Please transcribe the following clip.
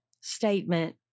statement